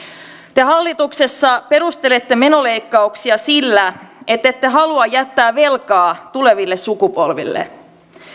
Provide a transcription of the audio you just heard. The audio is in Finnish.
te hallituksessa perustelette menoleikkauksia sillä ettette halua jättää velkaa tuleville sukupolville